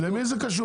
למי זה קשור?